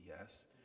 yes